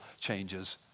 changes